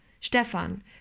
Stefan